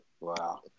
wow